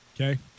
Okay